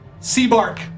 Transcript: Seabark